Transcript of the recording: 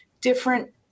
different